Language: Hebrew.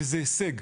וזה הישג.